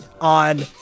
on